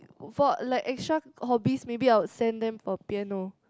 for like extra hobbies maybe I would send them for piano